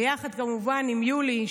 ביחד כמובן עם יולי,